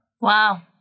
wow